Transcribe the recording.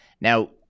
now